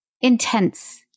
intense